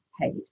paid